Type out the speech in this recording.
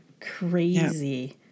Crazy